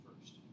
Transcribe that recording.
first